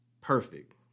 perfect